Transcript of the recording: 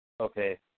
Okay